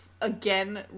again